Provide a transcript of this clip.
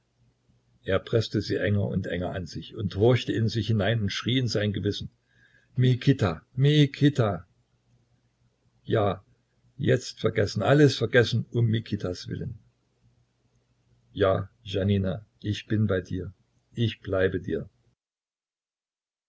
er preßte sie enger und enger an sich und horchte in sich hinein und schrie in sein gewissen mikita mikita ja jetzt vergessen alles vergessen um mikitas willen ja janina ich bin bei dir ich bleibe dir